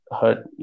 heard